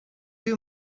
you